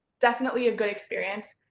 definitely a good experience.